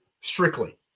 strictly